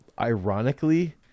ironically